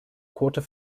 quarter